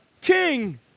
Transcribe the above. king